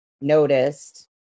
noticed